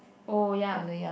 oh ya